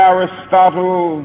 Aristotle